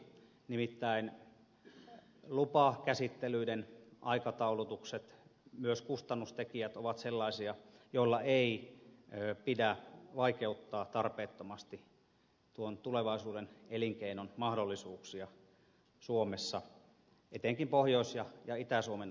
nimittäin lupakäsittelyiden aikataulutukset myös kustannustekijät ovat sellaisia joilla ei pidä vaikeuttaa tarpeettomasti tuon tulevaisuuden elinkeinon mahdollisuuksia suomessa etenkin pohjois ja itä suomen alueilla